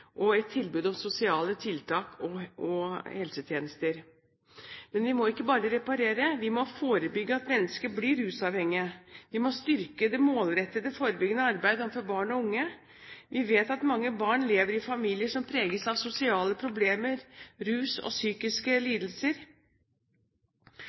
og et tilbud av sosiale tiltak og helsetjenester. Men vi må ikke bare reparere, vi må forebygge at mennesker blir rusavhengige. Vi må styrke det målrettede forebyggende arbeidet overfor barn og unge. Vi vet at mange barn som lever i familier som preges av sosiale problemer, rus og psykiske